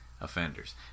offenders